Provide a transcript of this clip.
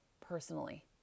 personally